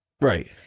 Right